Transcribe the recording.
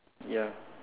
ya